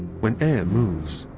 when air moves,